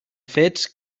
fets